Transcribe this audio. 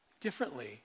differently